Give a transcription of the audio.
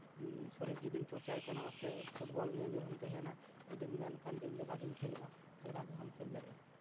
ᱥᱚᱨᱤᱨ ᱡᱚᱫᱤᱢ ᱪᱚᱨᱪᱟᱭ ᱛᱟᱢᱟ ᱥᱮ ᱯᱷᱩᱴᱵᱚᱞ ᱱᱤᱭᱮ ᱧᱩᱨᱦᱩᱢ ᱛᱟᱦᱮᱱᱟ ᱡᱩᱫᱤᱢ ᱢᱮᱱᱠᱷᱟᱱ ᱡᱮ ᱤᱧᱫᱚ ᱵᱷᱟᱜᱮᱧ ᱠᱷᱮᱞᱳᱜᱼᱟ ᱛᱟᱦᱞᱮ ᱵᱷᱟᱜᱮ ᱦᱚᱸᱢ ᱠᱷᱮᱞ ᱫᱟᱲᱮᱭᱟᱜᱼᱟ